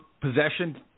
possession